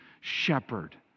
shepherd